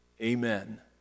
Amen